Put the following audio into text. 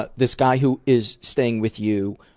but this guy who is staying with you,